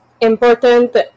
Important